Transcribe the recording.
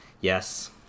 Yes